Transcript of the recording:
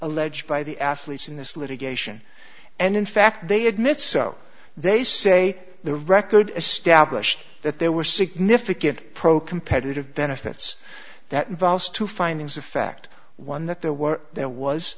alleged by the athletes in this litigation and in fact they admit so they say the record as stablished that there were significant program pettitte of benefits that involves two findings of fact one that there were there was